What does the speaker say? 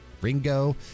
Ringo